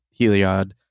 Heliod